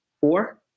four